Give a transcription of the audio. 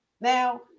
Now